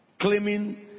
Claiming